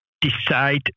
decide